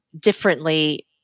differently